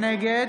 נגד